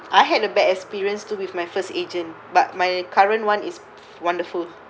I had a bad experience to with my first agent but my current one is wonderful